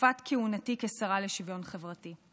בתקופת כהונתי כשרה לשוויון חברתי.